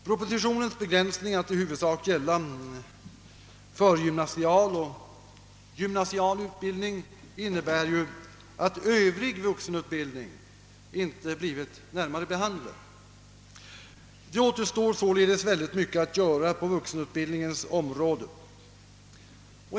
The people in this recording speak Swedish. Propositionens begränsning till att i huvudsak gälla förgymnasial och gymnasial utbildning innebär att övrig vuxenutbildning inte blivit närmare behandlad. Det återstår således mycket att göra på vuxenutbildningens område.